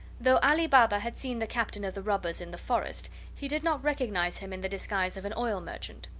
though ali baba had seen the captain of the robbers in the forest, he did not recognize him in the disguise of an oil merchant.